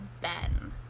Ben